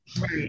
Right